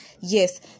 Yes